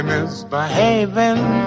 Misbehaving